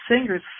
singers